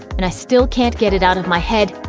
and i still can't get it out of my head,